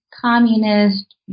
communist